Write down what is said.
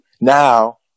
Now